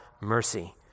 mercy